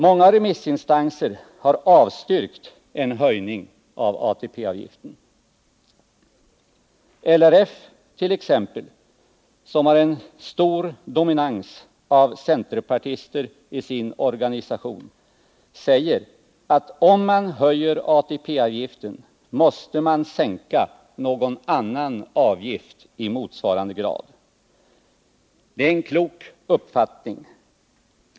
Många remissinstanser har avstyrkt en höjning av ATP-avgiften. LRF t.ex., som har en stor dominans av centerpartister i sin organisation, säger att om man höjer ATP-avgiften måste man sänka någon annan avgift i motsvarande grad. Det är en klok uppfattning.